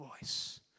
voice